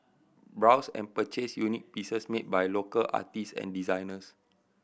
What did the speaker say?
browse and purchase unique pieces made by local artist and designers